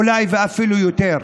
אולי אפילו יותר.